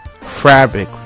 fabric